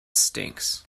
stinks